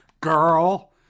girl